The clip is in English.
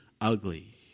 ugly